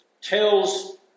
tells